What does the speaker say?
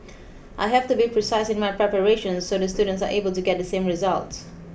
I have to be precise in my preparations so the students are able to get the same results